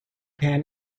pan